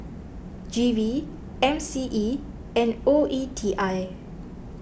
G V M C E and O E T I